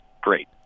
great